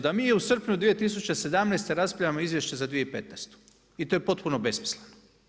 Da mi u srpnju 2017. raspravljamo o izvješću za 2015. i to je potpuno besmisleno.